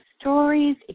stories